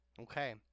Okay